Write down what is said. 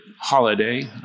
holiday